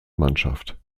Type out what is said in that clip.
mannschaft